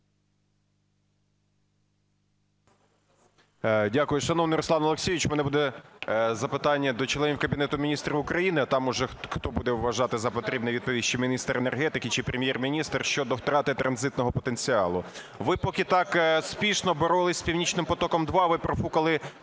Дякую. Шановний Руслан Олексійович, в мене буде запитання до членів Кабінету Міністрів України, а там уже хто буде вважати за потрібне, відповість, чи міністр енергетики, чи Прем'єр-міністр, щодо втрати транзитного потенціалу. Ви поки так спішно боролися з "Північним потоком – 2", ви профукали